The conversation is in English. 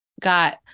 got